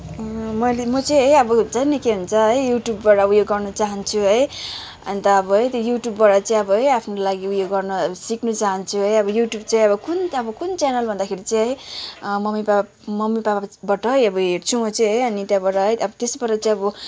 मैले म चाहिँ है अब हुन्छ नि के भन्छ है युट्युबबाट उयो गर्नु चाहन्छु है अन्त अब है त्यो युट्युबबाट चाहिँ अब है आफ्नो लागि उयो गर्नु सिक्नु चाहन्छु है अब युट्युब चाहिँ कुन अब कुन च्यानल भन्दाखेरि चाहिँ है मम्मी पापा मम्मी पापाकोबाट अब हेर्छु म चाहिँ है अनि त्यहाँबाट है अनि त्यसबाट चाहिँ अब